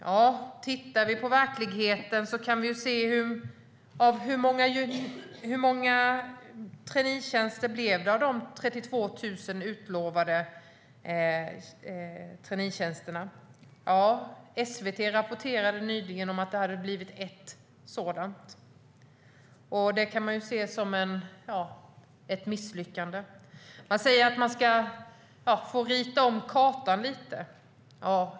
Ja, tittar vi på verkligheten kan vi se hur många av de 32 000 utlovade traineetjänsterna det blev. SVT rapporterade nyligen att det hade blivit ett sådant. Det kan ses som ett misslyckande. Man säger att man får rita om kartan lite.